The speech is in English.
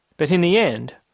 but in the end,